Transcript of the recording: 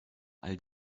all